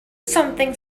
something